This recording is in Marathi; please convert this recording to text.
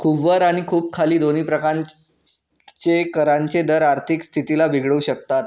खूप वर आणि खूप खाली दोन्ही प्रकारचे करांचे दर आर्थिक स्थितीला बिघडवू शकतात